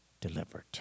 delivered